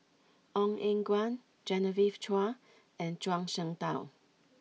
Ong Eng Guan Genevieve Chua and Zhuang Shengtao